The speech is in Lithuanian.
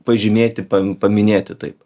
pažymėti paminėti taip